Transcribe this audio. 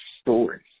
stories